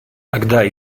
тогда